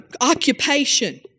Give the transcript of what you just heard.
occupation